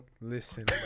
Listen